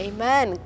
Amen